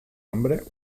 hombre